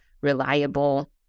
reliable